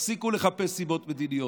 תפסיקו לחפש סיבות מדיניות.